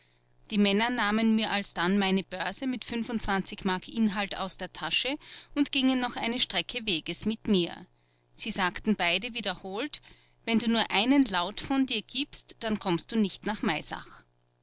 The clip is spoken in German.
die männer nahmen mir alsdann meine börse mit m inhalt aus der tasche und gingen noch eine strecke weges mit mir sie sagten beide wiederholt wenn du nur einen laut von dir gibst dann kommst du nicht nach